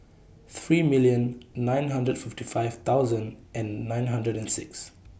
three million nine hundred fifty five thousand and nine hundred and six